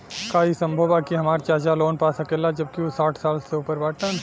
का ई संभव बा कि हमार चाचा लोन पा सकेला जबकि उ साठ साल से ऊपर बाटन?